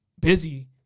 busy